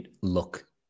look